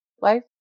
life